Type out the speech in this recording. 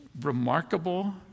remarkable